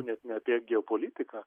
net ne apie geopolitiką